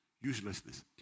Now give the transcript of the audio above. uselessness